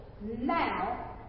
now